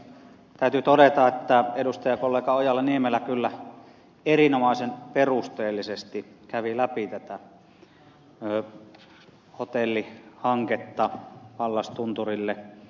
täytyy todeta että edustajakollega ojala niemelä kyllä erinomaisen perusteellisesti kävi läpi tätä hotellihanketta pallastunturille